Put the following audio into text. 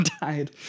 died